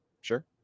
Sure